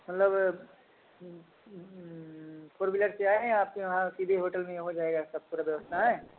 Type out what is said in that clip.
मतलब four wheeler से आए आपके यहाँ सीधे होटल में हो जाएगा सब पूरा व्यवस्था आयँ